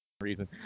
reason